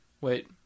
Wait